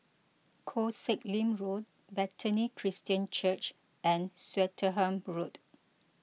Koh Sek Lim Road Bethany Christian Church and Swettenham Road